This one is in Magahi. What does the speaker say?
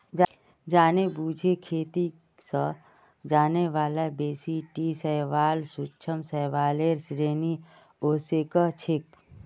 जानेबुझे खेती स जाने बाला बेसी टी शैवाल सूक्ष्म शैवालेर श्रेणीत ओसेक छेक